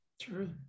true